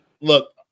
Look